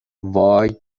وای